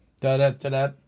Da-da-da-da